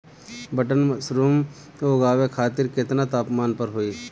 Button mushroom उगावे खातिर केतना तापमान पर होई?